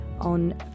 on